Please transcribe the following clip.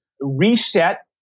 reset